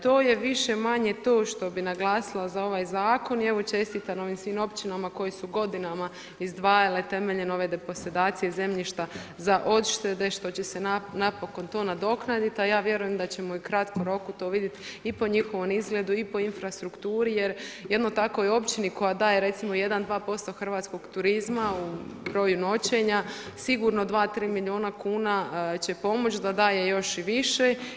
To je više-manje to što bi naglasila za ovaj zakon i evo čestitam ovim svim općinama koje su godinama izdvajale temeljem ove deposidacije zemljišta za odštete što će se napokon to nadoknaditi, a ja vjerujem da ćemo u kratkom roku to vidjeti i po njihovom izgledu i po infrastrukturi, jer jednoj takvoj općini koja daje recimo1, 2% hrvatskog turizma u broju noćenja, sigurno 2, 3 milijuna kn će pomoći da daje još i više.